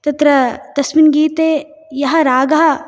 तत्र तस्मिन् गीते यः रागः